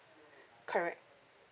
correct